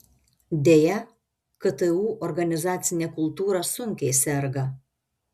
deja ktu organizacinė kultūra sunkiai serga